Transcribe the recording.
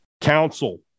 Council